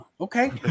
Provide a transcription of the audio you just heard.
okay